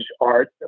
art